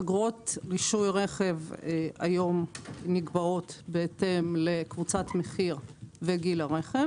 אגרות רישוי רכב היום נקבעות בהתאם לקבוצת המחיר וגיל הרכב.